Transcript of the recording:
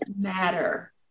matter